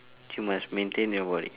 you must maintain your body